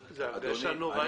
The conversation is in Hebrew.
זו הרגשה נוראית.